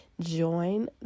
join